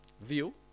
view